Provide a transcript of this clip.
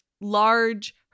large